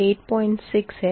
2020 86 है